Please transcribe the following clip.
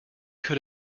could